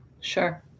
Sure